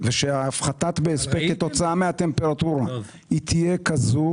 ושההפחתה בהספק כתוצאה מהטמפרטורה תהיה כזאת,